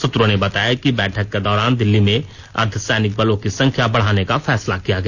सूत्रों ने बताया कि बैठक के दौरान दिल्ली में अर्दधसैनिक बलों की संख्या बढ़ाने का फैसला किया गया